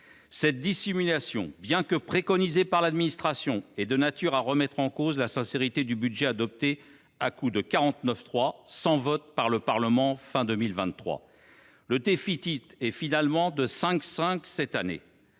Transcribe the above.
Cette dissimulation, bien que préconisée par l’administration, est de nature à remettre en cause la sincérité du budget adopté à la fin de 2023 à coups de 49.3, sans vote par le Parlement. Le déficit est finalement de 5,5 % du PIB cette année.